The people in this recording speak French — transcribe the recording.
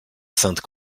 sainte